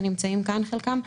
שחלקם נמצאים כאן,